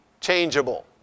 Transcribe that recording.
changeable